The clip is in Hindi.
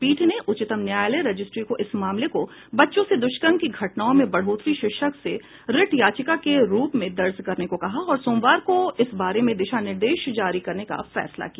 पीठ ने उच्चतम न्यायालय रजिस्ट्री को इस मामले को बच्चों से दुष्कर्म की घटनाओं में बढ़ोतरी शीर्षक से रिट याचिका के रूप में दर्ज करने को कहा और सोमवार को इस बारे में दिशा निर्देश जारी करने का फैसला किया